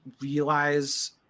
realize